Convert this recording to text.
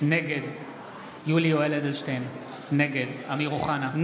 נגד יולי יואל אדלשטיין, נגד אמיר אוחנה,